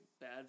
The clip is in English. bad